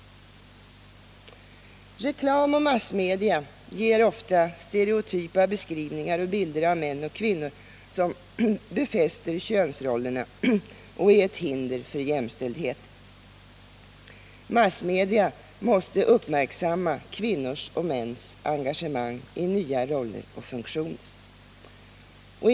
Reklam och massmedia ger ofta stereotypa beskrivningar och bilder av män och kvinnor, som befäster könsrollerna och är ett hinder för jämställdhet. Massmedia måste uppmärksamma kvinnors och mäns engagemang i nya roller och funktioner.